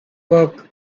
work